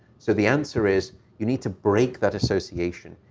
so the answer is you need to break that association.